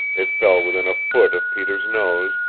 it fell within a foot of peter's nose,